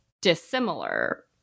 dissimilar